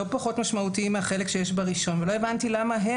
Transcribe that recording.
לא פחות משמעותיים מהחלק שיש בראשון ולא הבנתי למה גם